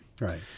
right